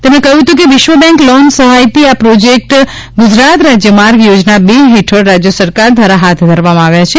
તેમણે કહ્યું હતું કે વિશ્વ બેન્ક લોન સહાયિત આ પ્રોજેક્ટ ગુજરાત રાજ્ય માર્ગ યોજના બે હેઠળ રાજય સરકાર દ્વારા હાથ ધરવામાં આવ્યા છે